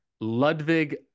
Ludwig